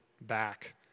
back